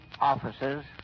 officers